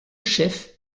chef